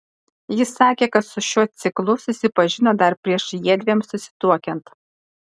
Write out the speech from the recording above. jis sakė kad su šiuo ciklu susipažino dar prieš jiedviem susituokiant